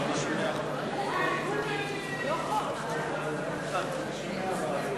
משר האוצר לראש הממשלה והחזרת סמכויות לשר האוצר נתקבלה.